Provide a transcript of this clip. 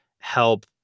help